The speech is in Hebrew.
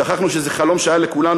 שכחנו שזה חלום שהיה לכולנו,